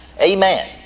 Amen